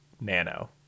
Nano